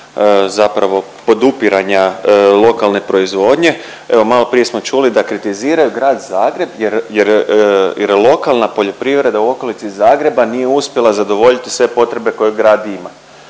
zapravo podupiranja lokalne proizvodnje. Evo malo prije smo čuli da kritiziraju Grad Zagreb jer, jer lokalna poljoprivreda u okolici Zagreba nije uspjela zadovoljiti sve potrebe koje grad ima.